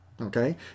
Okay